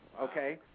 okay